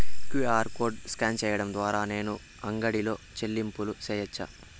QR code scan సేయడం ద్వారా నేను అంగడి లో చెల్లింపులు సేయొచ్చా?